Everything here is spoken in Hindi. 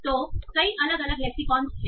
तो कई अलग अलग लेक्सिकन हैं